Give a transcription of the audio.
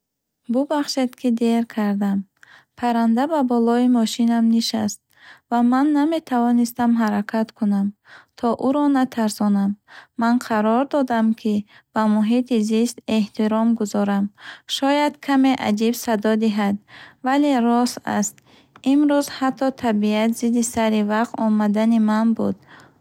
Бубахшед, ки дер кардам. Парранда ба болои мошинам нишаст ва ман наметавонистам ҳаракат кунам, то ӯро натарсонам! Ман қарор додам, ки ба муҳити зист эҳтиром гузорам. Шояд каме аҷиб садо диҳад, вале рост аст. Имрӯз ҳатто табиат зидди сари вақт омадани ман буд.